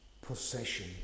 possession